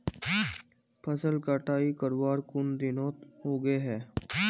फसल कटाई करवार कुन दिनोत उगैहे?